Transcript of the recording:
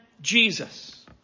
Jesus